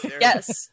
Yes